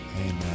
Amen